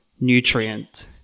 nutrient